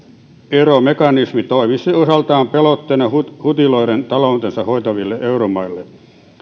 euroeromekanismi toimisi osaltaan pelotteena hutiloiden taloutensa hoitaville euromaille